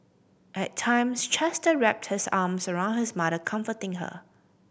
at times Chester wrapped his arms around his mother comforting her